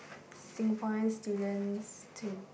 Singaporean students to